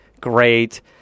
Great